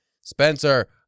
Spencer